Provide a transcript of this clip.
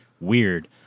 weird